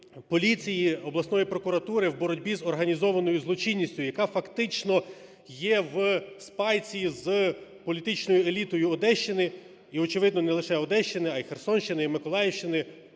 поліції, обласної прокуратури в боротьбі з організованою злочинністю, яка фактично є в спайці з політичною елітою Одещини, і, очевидно, не лише Одещини, а й Херсонщини, Миколаївщини,